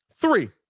Three